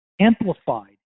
amplified